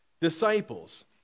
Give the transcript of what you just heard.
disciples